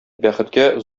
бәхеткә